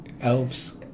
elves